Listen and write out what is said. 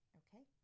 okay